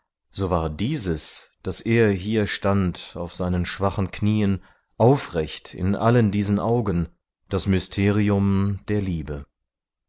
so war dieses daß er hier stand auf seinen schwachen knieen aufrecht in allen diesen augen das mysterium der liebe